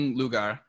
lugar